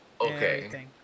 Okay